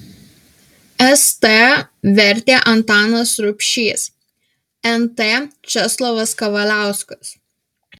st vertė antanas rubšys nt česlovas kavaliauskas